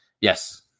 Yes